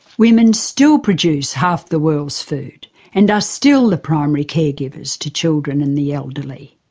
women still produce half the world's food and are still the primary caregivers to children and the elderly.